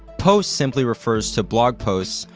posts simply refers to blog posts,